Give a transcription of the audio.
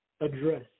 address